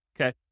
okay